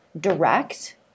direct